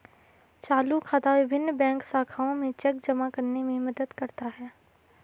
चालू खाता विभिन्न बैंक शाखाओं में चेक जमा करने में मदद करता है